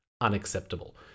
Unacceptable